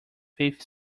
faith